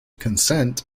consent